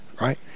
right